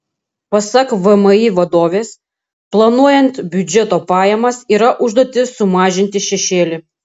pasak vmi vadovės planuojant biudžeto pajamas yra užduotis sumažinti šešėlį